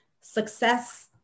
Success